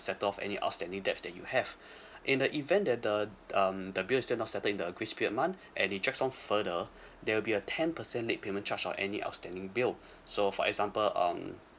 settle off any outstanding debt that you have in the event that the um the bills is still not settled in the grace period month and it drags on further there will be a ten percent late payment charge or any outstanding bill so for example um